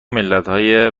ملتهای